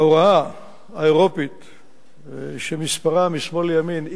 ההוראה האירופית שמספרה, משמאל לימין,